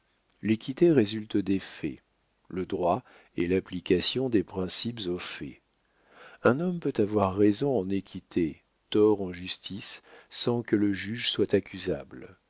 l'équité résulte des faits le droit est l'application des principes aux faits un homme peut avoir raison en équité tort en justice sans que le juge soit accusable